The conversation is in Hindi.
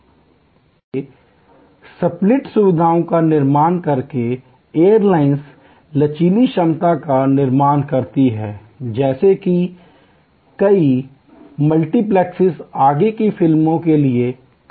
इसलिए स्प्लिट सुविधाओं का निर्माण करके एयरलाइनें लचीली क्षमता का निर्माण करती हैं जैसे कि कई मल्टीप्लेक्स आगे की फिल्मों के लिए करते हैं